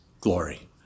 glory